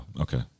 okay